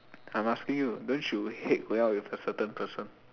I'm asking you don't you hate going out with a certain person